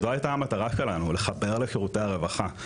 זו הייתה המטרה שלנו - לחבר לשירותי הרווחה.